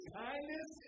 kindness